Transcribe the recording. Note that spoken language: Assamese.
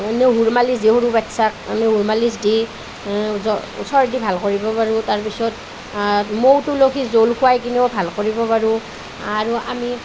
নহৰু মালিছ দি সৰু বাচ্ছাক নহৰু মালিছ দি জ্বৰ চৰ্দি ভাল কৰিব পাৰোঁ তাৰপিছত মৌ তুলসীৰ জোল খুৱাই কিনেও ভাল কৰিব পাৰোঁ আৰু আমি